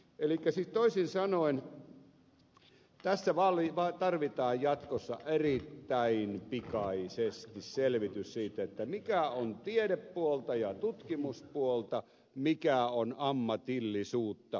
elikkä siis toisin sanoen tässä tarvitaan jatkossa erittäin pikaisesti selvitys siitä mikä on tiedepuolta ja tutkimuspuolta mikä on ammatillisuutta